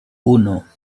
uno